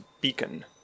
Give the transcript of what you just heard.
Beacon